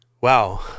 wow